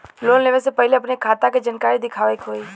Loan लेवे से पहिले अपने खाता के जानकारी दिखावे के होई?